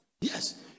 yes